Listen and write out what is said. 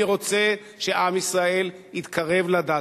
אני רוצה שעם ישראל יתקרב לדת.